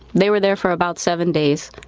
they were there for about seven days.